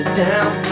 down